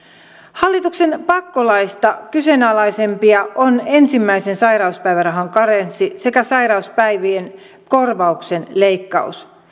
hallituksen pakkolaeista kyseenalaisimpia on ensimmäisen sairauspäivärahan karenssi sekä sairauspäivien korvauksen leikkaus